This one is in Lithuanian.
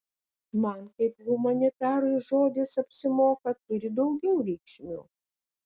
man kaip humanitarui žodis apsimoka turi daugiau reikšmių